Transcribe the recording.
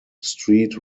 street